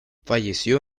falleció